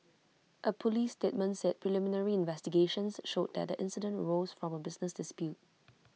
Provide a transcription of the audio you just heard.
A Police statement said preliminary investigations showed that the incident arose from A business dispute